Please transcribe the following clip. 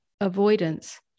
avoidance